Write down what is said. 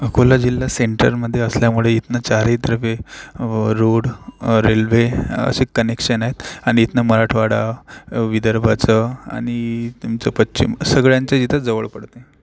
अकोला जिल्हा सेंटरमध्ये असल्यामुळे इथून चारही द्रवे रोड रेल्वे असे कनेक्शन आहेत आणि इथून मराठवाडा विदर्भाचं आणि तुमचं पश्चिम सगळ्यांचं इथंच जवळ पडतं